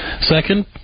Second